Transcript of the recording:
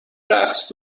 رقص